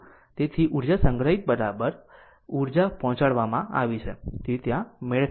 તેથી ઊર્જા સંગ્રહિત ઊર્જા પહોંચાડવામાં જેથી તે ત્યાં મેળ ખાતી હોય છે